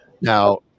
Now